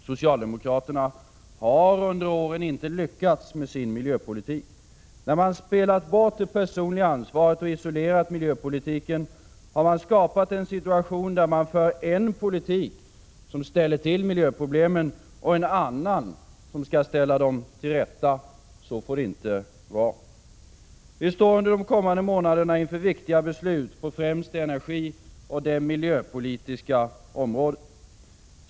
Socialdemokraterna har under åren inte lyckats med sin miljöpolitik. När man spelat bort det personliga ansvaret och isolerat miljöpolitiken har man skapat en situation där man för en politik som ställer till miljöproblem, och en annan som skall ställa dem till rätta. Så får det inte vara. Vi står under de kommande månaderna inför viktiga beslut på främst det energioch miljöpolitiska området.